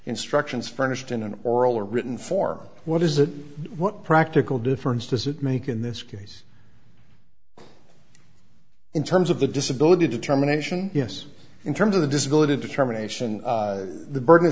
instructions furnished in an oral or written form what is it what practical difference does it make in this case in terms of the disability determination yes in terms of the disability determination the b